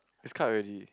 is cut already